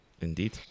indeed